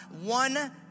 one